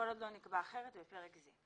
כל עוד לא נקבע אחרת בפרק זה.